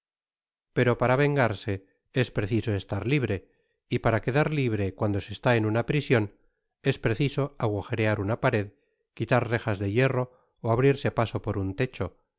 pero para vengarse es preciso estar libre y para quedar libre cuando se está en una prision es preciso agujerear una pared quitar rejas de hierro ó abrirse paso por un techo